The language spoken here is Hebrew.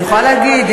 אני יכולה להגיד,